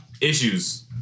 Issues